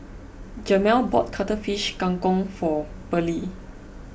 Jamel bought Cuttlefish Kang Kong for Pearlie